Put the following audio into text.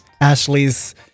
Ashley's